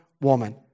woman